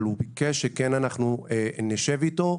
אבל הוא ביקש שנשב איתו.